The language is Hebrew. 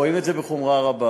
רואים את זה בחומרה רבה.